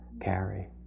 carry